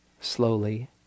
slowly